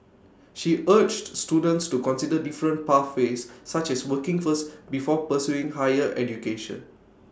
she urged students to consider different pathways such as working first before pursuing higher education